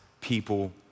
people